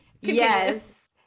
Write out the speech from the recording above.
Yes